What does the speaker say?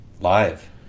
live